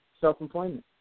self-employment